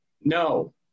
no